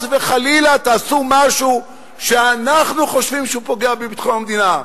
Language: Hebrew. וחלילה תעשו משהו שאנחנו חושבים שהוא פוגע בביטחון המדינה.